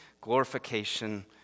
glorification